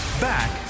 Back